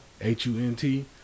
H-U-N-T